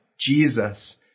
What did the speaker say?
Jesus